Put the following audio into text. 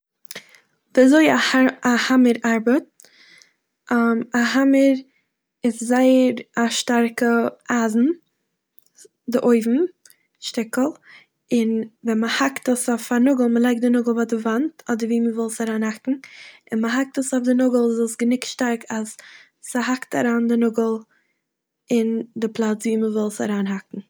וויזוי א הא- א האמער ארבעט. א האמער איז זייער א שטארקע אייזן די אויבן שטיקל און ווען מ'האקט עס אויף א נאגל, מ'לייגט די נאגל ביי די וואנט אדער וואו מ'וויל עס אריינהאקן און ווען מ'האקט עס אויף די נאגל איז עס גענוג שטארק אז ס'האקט אריין די נאגל אין די פלאץ וואו מ'וויל עס אריינהאקן.